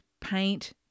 paint